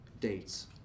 dates